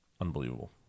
unbelievable